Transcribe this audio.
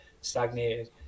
Stagnated